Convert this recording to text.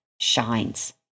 shines